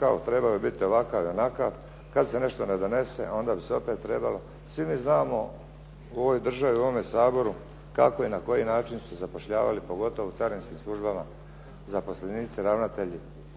kao trebao je biti ovakav ili onakav. Kad se nešto ne donese, onda bi se opet trebalo. Svi mi znamo u ovoj državi i u ovome Saboru kako i na koji način su zapošljavali, pogotovo u carinskim službama zaposlenici, ravnatelji